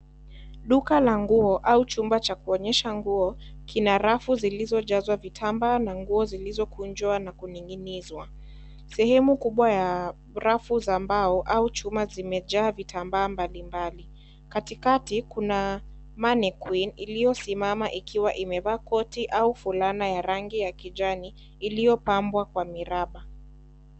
Duka la nguo au chumba cha kuonyesha nguo kina rafu zilizojazwa vitambaa na nguo zilizokunjwa na kuninginizwa, sehemu kubwa ya rafu za mbao au chuma zimejaa vitambaa mbalimbali katikati kuna mannequin iliyosimama ikiwa imevaa koti au fulana ya rangi ya kijani iliyopambwa kwa miraba.